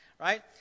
right